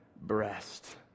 breast